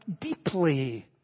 deeply